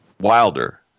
Wilder